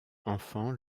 enfant